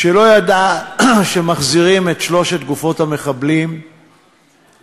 שלא ידע שמחזירים את שלוש גופות המחבלים לקבטיה